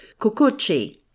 Kukuchi